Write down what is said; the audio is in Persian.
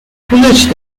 طولش